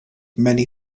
many